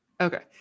okay